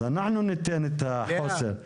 אז אנחנו ניתן את החוסר,